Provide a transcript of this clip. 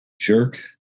Jerk